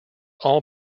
all